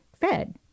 fed